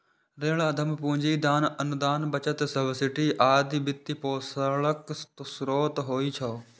ऋण, उद्यम पूंजी, दान, अनुदान, बचत, सब्सिडी आदि वित्तपोषणक स्रोत होइ छै